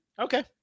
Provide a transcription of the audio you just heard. Okay